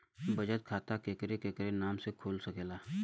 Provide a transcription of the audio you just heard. बचत खाता केकरे केकरे नाम से कुल सकेला